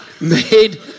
made